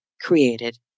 created